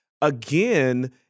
again